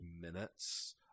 minutes